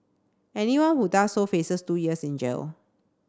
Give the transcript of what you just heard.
anyone who does so faces two years in jail